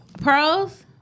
Pearls